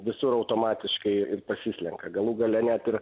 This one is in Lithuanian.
visur automatiškai ir pasislenka galų gale net ir